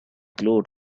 glowed